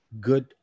good